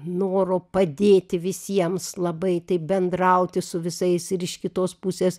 noro padėti visiems labai taip bendrauti su visais ir iš kitos pusės